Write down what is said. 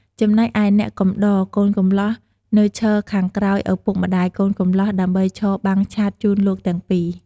ចំណែកឯអ្នកកំដរកូនកំលោះនៅឈរខាងក្រោយឪពុកម្តាយកូនកំលោះដើម្បីឈរបាំងឆ័ត្រជូនលោកទាំង២។